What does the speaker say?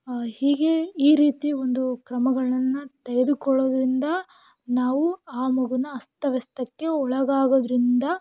ಹೀಗೆ ಈ ರೀತಿ ಒಂದು ಕ್ರಮಗಳನ್ನು ತೆಗೆದುಕೊಳ್ಳೋದರಿಂದ ನಾವು ಆ ಮಗೂನ ಅಸ್ತವ್ಯಸ್ತಕ್ಕೆ ಒಳಗಾಗೋದರಿಂದ